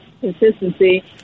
consistency